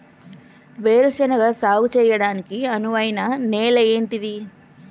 వేరు శనగ సాగు చేయడానికి అనువైన నేల ఏంటిది?